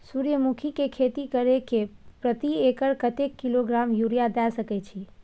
सूर्यमुखी के खेती करे से प्रति एकर कतेक किलोग्राम यूरिया द सके छी?